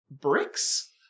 bricks